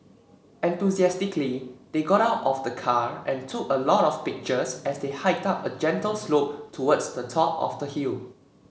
enthusiastically they got out of the car and took a lot of pictures as they hiked up a gentle slope towards the top of the hill